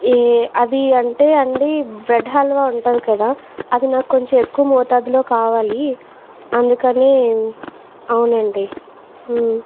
ఈ అది అంటే అండీ బ్రెడ్ హల్వా ఉంటుంది కదా అది నాకు కొంచం ఎక్కువ మోతాదులో కావాలి అందుకని అవునండీ